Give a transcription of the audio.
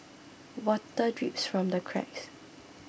water drips from the cracks